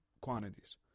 quantities